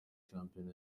shampiona